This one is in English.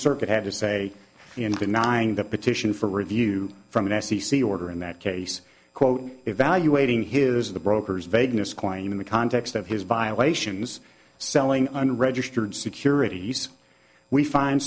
circuit had to say in denying the petition for review from an f c c order in that case quote evaluating his the broker's vagueness claim in the context of his violations selling unregistered securities we find